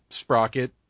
Sprocket